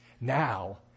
Now